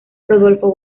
rodolfo